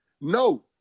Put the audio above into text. No